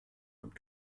und